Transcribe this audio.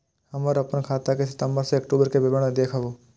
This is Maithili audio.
हमरा अपन खाता के सितम्बर से अक्टूबर के विवरण देखबु?